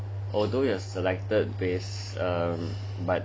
although you have selected place but um